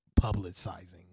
publicizing